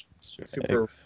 super